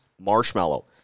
marshmallow